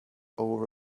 over